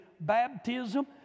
baptism